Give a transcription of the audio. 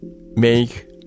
make